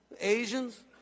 Asians